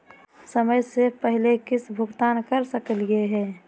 समय स पहले किस्त भुगतान कर सकली हे?